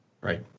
Right